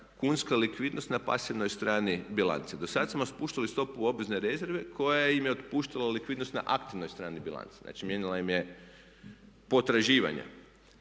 kunska likvidnost na pasivnoj strani bilance. Do sad smo spuštali stopu obvezne rezerve koja im je otpuštala likvidnost na aktivnoj strani bilance. Znači, mijenjala im je potraživanja